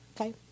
Okay